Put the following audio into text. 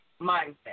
mindset